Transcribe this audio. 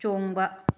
ꯆꯣꯡꯕ